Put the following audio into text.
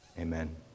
Amen